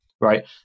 right